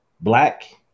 black